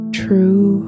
true